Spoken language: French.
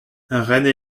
rennes